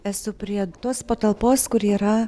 esu prie tos patalpos kur yra